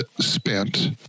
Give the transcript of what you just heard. spent